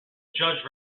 judge